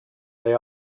they